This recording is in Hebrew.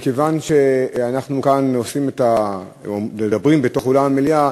מכיוון שאנחנו כאן היום מדברים באולם המליאה,